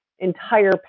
entire